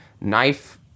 knife